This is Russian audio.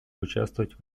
участвовать